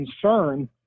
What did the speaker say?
concern